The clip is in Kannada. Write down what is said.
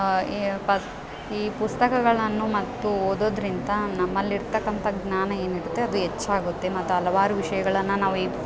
ಈ ಪ ಈ ಪುಸ್ತಕಗಳನ್ನು ಮತ್ತು ಓದೋದ್ರಿಂತ ನಮ್ಮಲ್ಲಿ ಇರ್ತಕ್ಕಂಥ ಜ್ಞಾನ ಏನಿರುತ್ತೆ ಅದು ಹೆಚ್ಚಾಗುತ್ತೆ ಮತ್ತು ಹಲವಾರು ವಿಷಯಗಳನ್ನ ನಾವು ಈ